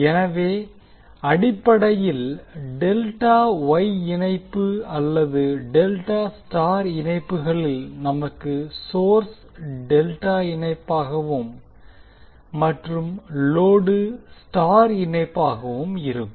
எனவே அடிப்படையில் delta Y இணைப்பு அல்லது டெல்டா ஸ்டார் இணைப்புகளில் நமக்கு சோர்ஸ் டெல்டா இணைப்பாகவும் மற்றும் லோடு ஸ்டார் இணைப்பாகவும் இருக்கும்